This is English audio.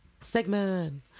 segment